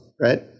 Right